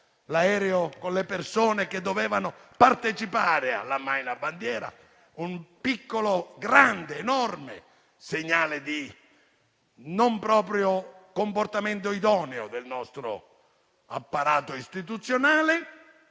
l'aereo con le persone che dovevano partecipare all'ammaina bandiera; un piccolo, grande, enorme segnale di comportamento non proprio idoneo del nostro apparato istituzionale.